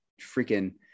freaking